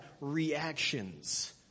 reactions